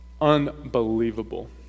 Unbelievable